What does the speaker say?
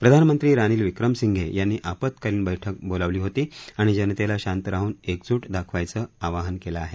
प्रधानमंत्री रानील विक्रमसिंघे यांनी आपत्कालीन बैठक बोलावली होती आणि जनतेला शांत राहून एकजूट दाखवायचं आवाहन केलं आहे